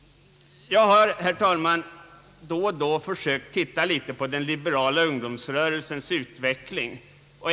Jag har, herr talman, då och då försökt titta litet på den liberala ungdomsrörelsens utveckling.